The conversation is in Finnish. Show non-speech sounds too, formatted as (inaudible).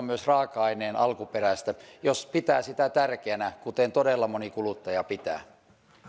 (unintelligible) myös raaka aineen alkuperästä jos pitää sitä tärkeänä kuten todella moni kuluttaja pitää